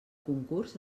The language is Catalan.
concurs